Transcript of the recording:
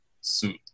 suit